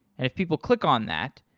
and if people click on that,